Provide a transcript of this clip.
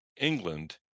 England